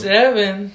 Seven